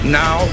now